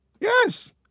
Yes